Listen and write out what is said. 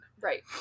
Right